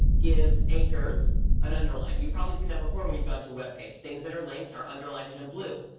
gives anchors an underline. you've probably seen that before when you've gone to a web page. things that are links are underlined and in blue.